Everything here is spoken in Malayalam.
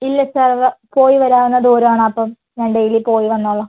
ഇല്ല സാർ പോയി വരാവുന്ന ദൂരം ആണ് അപ്പം ഞാൻ ഡെയിലി പോയി വന്നോളാം